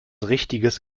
richtiges